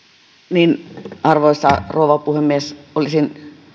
arvoisa rouva puhemies olisin